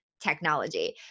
technology